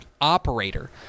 operator